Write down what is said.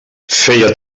feia